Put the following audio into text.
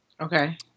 Okay